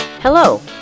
Hello